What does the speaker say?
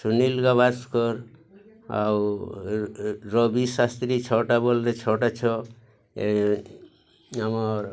ସୁନୀଲ୍ ଗାଭାସ୍କର୍ ଆଉ ରବି ଶାସ୍ତ୍ରୀ ଛଅଟା ବଲ୍ର ଛଅଟା ଛଅ ଆମର୍